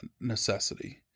necessity